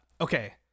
Okay